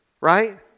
right